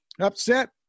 upset